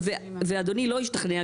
ואדוני לא השתכנע,